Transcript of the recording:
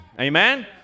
Amen